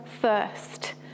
first